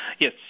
Yes